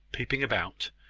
peeping about,